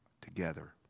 together